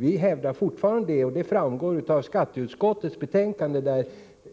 Vi hävdar fortfarande detta, och det framgår av skatteutskottets betänkande där